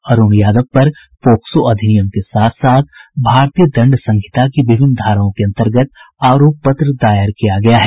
अरूण यादव पर पोक्सो अधिनियम के साथ साथ भारतीय दंड संहिता की विभिन्न धाराओं के अंतर्गत आरोप पत्र दायर किया गया है